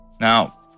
Now